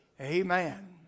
Amen